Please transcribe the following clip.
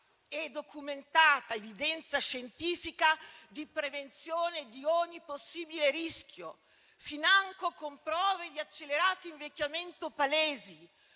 e documentata evidenza scientifica di prevenzione di ogni possibile rischio, financo con prove palesi di accelerato invecchiamento, posto